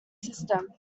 system